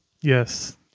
Yes